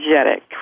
energetic